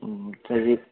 तरी